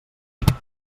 lloc